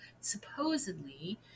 supposedly